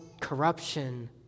corruption